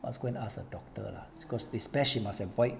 must go and ask the doctor lah because this pear she must avoid